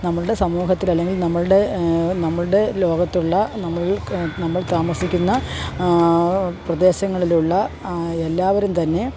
നമ്മളുടെ സമൂഹത്തിൽ അല്ലെങ്കിൽ നമ്മളുടെ നമ്മളുടെ ലോകത്തുള്ള നമ്മൾക്ക് നമ്മൾ താമസിക്കുന്ന പ്രദേശങ്ങളിലുള്ള എല്ലാവരും തന്നെ